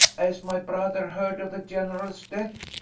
has my brother heard of the general's death?